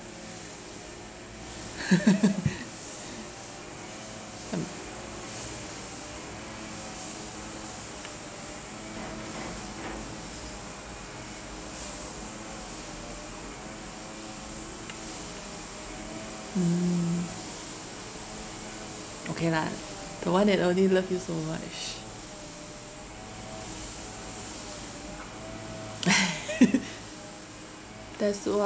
mm mm okay lah the one that only love you so much that's why